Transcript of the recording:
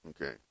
Okay